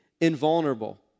invulnerable